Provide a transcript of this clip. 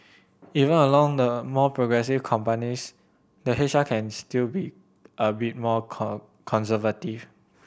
even along the more progressive companies the H R can still be a bit more conservative